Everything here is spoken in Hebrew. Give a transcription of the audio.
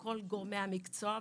כל גורמי המקצוע,